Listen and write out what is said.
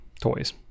toys